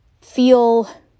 feel